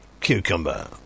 Cucumber